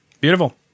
Beautiful